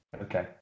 Okay